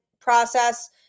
process